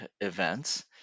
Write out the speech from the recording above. events